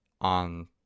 on